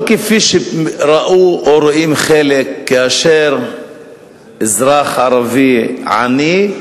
לא כפי שראו או רואים חלק, כאשר אזרח ערבי עני,